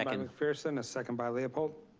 mcpherson. a second by leopold.